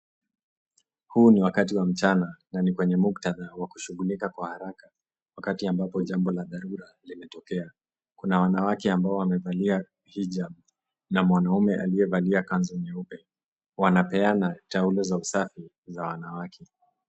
Huu ni wakati wa mchana na ni kwenye muktadha wa kushughulika kwa haraka, wakati ambapo jambo la dharura limetokea. Kuna wanawake ambao wamevalia hijabu na mwanaume aliyevaa kanzu nyeupe. Wanapeana taulo za usafi za wanawake.